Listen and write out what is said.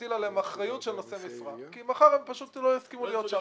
שנטיל עליהם אחריות של נושא משרה כי מחר הם פשוט לא יסכימו להיות שם.